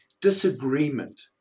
disagreement